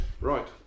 Right